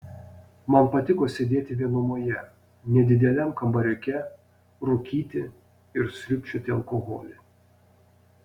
man patiko sėdėti vienumoje nedideliam kambariuke rūkyti ir sriubčioti alkoholį